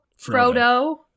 Frodo